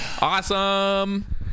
Awesome